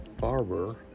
Farber